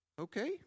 Okay